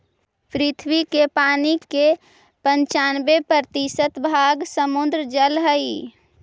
पृथ्वी के पानी के पनचान्बे प्रतिशत भाग समुद्र जल हई